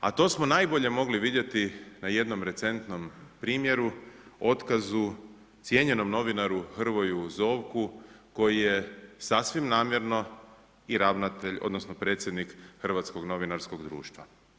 A to smo najbolje mogli vidjeti na jednom recentnom primjeru, otkazu cijenjenom novinaru Hrvoju Zovku koji je sasvim namjerno i ravnatelj, odnosno predsjednik Hrvatskog novinarskog društva.